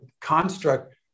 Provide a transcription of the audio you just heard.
construct